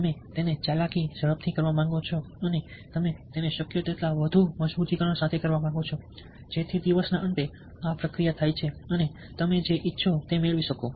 તમે તેને ચાલાકી ઝડપથી કરવા માંગો છો અને તમે તેને શક્ય તેટલા વધુ મજબૂતીકરણ સાથે કરવા માંગો છો જેથી દિવસના અંતે આ પ્રક્રિયા થાય અને તમે જે ઇચ્છો તે મેળવી શકો